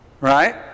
Right